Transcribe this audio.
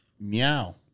Meow